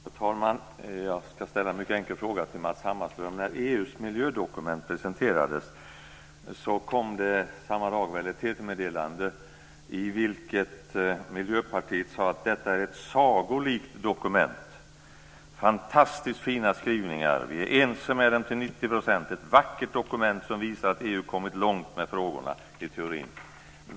Herr talman! Jag ska ställa en mycket enkel fråga till Matz Hammarström. När EU:s miljödokument presenterades kom samma dag ett TT-meddelande i vilket Miljöpartiet sade att detta var ett sagolikt dokument. Det var fantastiskt fina skrivningar. Man var ense med dem till 90 %. Det var ett vackert dokument som visade att EU kommit långt med frågorna i teorin.